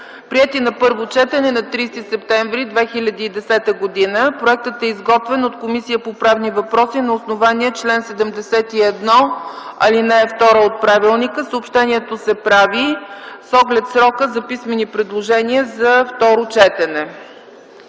приети на първо четене на 30 септември 2010 г. Проектът е изготвен от Комисията по правни въпроси на основание чл. 71, ал. 2 от правилника. Съобщението се прави с оглед срока за писмени предложения за второ четене.